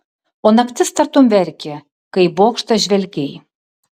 o naktis tartum verkė kai į bokštą žvelgei